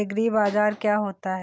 एग्रीबाजार क्या होता है?